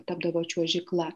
tapdavo čiuožykla